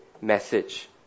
message